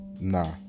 nah